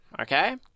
Okay